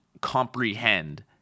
comprehend